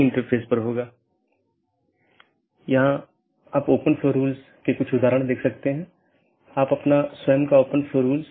एक ज्ञात अनिवार्य विशेषता एट्रिब्यूट है जोकि सभी BGP कार्यान्वयन द्वारा पहचाना जाना चाहिए और हर अपडेट संदेश के लिए समान होना चाहिए